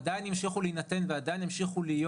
עדיין ימשיכו להינתן ועדיין ימשיכו להיות.